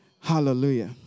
Hallelujah